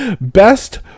Best